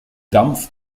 dampf